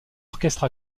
orchestre